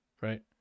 Right